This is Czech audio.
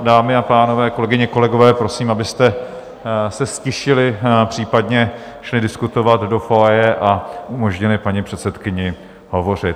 Dámy a pánové, kolegyně, kolegové, prosím, abyste se ztišili, případně šli diskutovat do a umožnili paní předsedkyni hovořit.